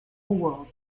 awards